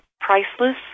priceless